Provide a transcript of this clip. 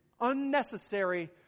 unnecessary